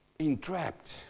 Entrapped